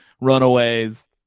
runaways